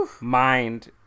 mind